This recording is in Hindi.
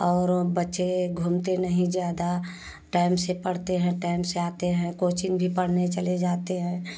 औरे बच्चे घूमते नहीं ज़्यादा टाइम से पढ़ते हैं टाइम से आते हैं कोचिंग भी पढ़ने चले जाते हैं